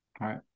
Right